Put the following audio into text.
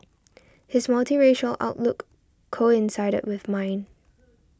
his multiracial outlook coincided with mine